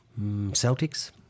Celtics